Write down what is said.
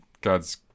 god's